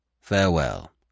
Farewell